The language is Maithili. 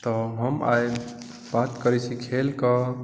तऽ हम आइ बात करैत छी खेलके